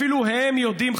אפילו הם יודעים,